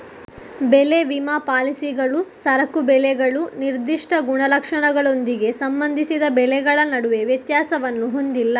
ಬೆಳೆ ವಿಮಾ ಪಾಲಿಸಿಗಳು ಸರಕು ಬೆಳೆಗಳು ನಿರ್ದಿಷ್ಟ ಗುಣಲಕ್ಷಣಗಳೊಂದಿಗೆ ಸಂಬಂಧಿಸಿದ ಬೆಳೆಗಳ ನಡುವೆ ವ್ಯತ್ಯಾಸವನ್ನು ಹೊಂದಿಲ್ಲ